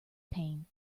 pain